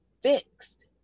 fixed